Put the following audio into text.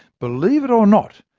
believe it or not,